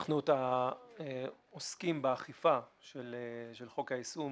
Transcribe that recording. אנחנו עוסקים באכיפה של חוק היישום,